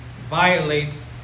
violate